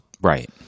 Right